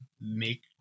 make